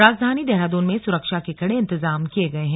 राजधानी देहरादून में सुरक्षा के कड़े इंतजाम किए गए हैं